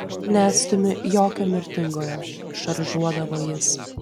neatstumiu jokio mirtingojo šaržuodavo jis